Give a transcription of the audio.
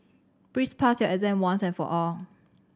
please pass your exam once and for all